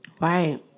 Right